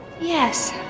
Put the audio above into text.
Yes